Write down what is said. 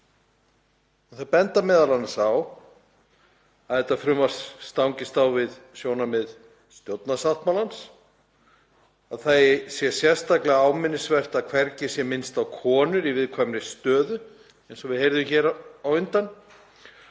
Þau benda m.a. á að þetta frumvarp stangist á við sjónarmið stjórnarsáttmálans. Þá sé sérstaklega ámælisvert að hvergi sé minnst á konur í viðkvæmri stöðu, eins og við heyrðum hér á undan,